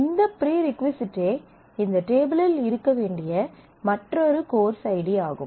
இந்த ப்ரீ ரிக்வசைட்டே இந்த டேபிளில் இருக்க வேண்டிய மற்றொரு கோர்ஸ் ஐடி ஆகும்